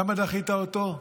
למה דחית אותו?